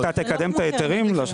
אתה תקדם את ההיתרים?